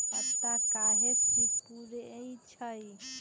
पत्ता काहे सिकुड़े छई?